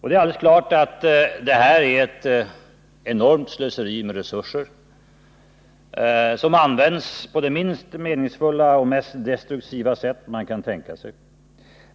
Det är alldeles klart att det här är ett enormt slöseri med resurser, som används på det minst meningsfulla och mest destruktiva sätt som man kan tänka sig.